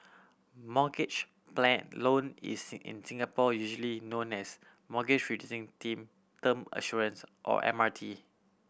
mortgage loan is in Singapore usually known as Mortgage Reducing Tim Term Assurance or M R T